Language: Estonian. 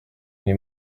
nii